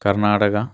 Karnataka